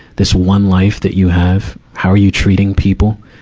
this one life that you have. how are you treating people?